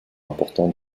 importants